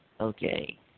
okay